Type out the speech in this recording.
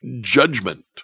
judgment